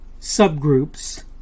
subgroups